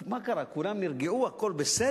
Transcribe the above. מה קרה, כולם כבר נרגעו, הכול בסדר?